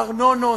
עניין הארנונות,